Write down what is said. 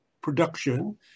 production